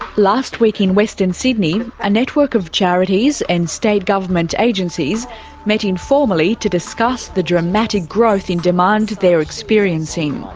last week in western sydney, a network of charities and state government agencies met informally to discuss the dramatic growth in demand they're experiencing.